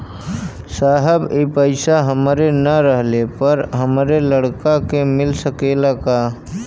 साहब ए पैसा हमरे ना रहले पर हमरे लड़का के मिल सकेला का?